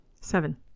Seven